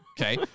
Okay